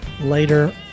later